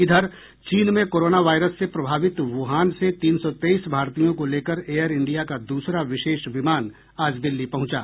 इधर चीन में कोरोना वायरस से प्रभावित वुहान से तीन सौ तेईस भारतीयों को लेकर एयर इंडिया का दूसरा विशेष विमान आज दिल्ली पहुंचा